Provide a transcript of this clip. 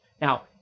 Now